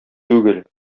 түгел